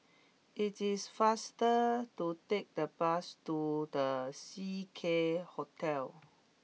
it is faster to take the bus to The Seacare Hotel